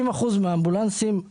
60% מהאמבולנסים הם פרטיים.